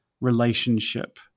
relationship